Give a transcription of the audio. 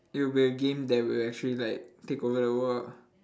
it will be a game that will actually like take over the world ah